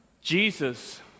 Jesus